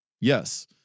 Yes